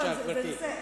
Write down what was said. בבקשה, גברתי.